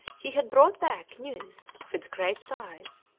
he had brought back news of its great size,